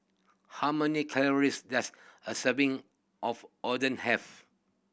how many calories does a serving of Oden have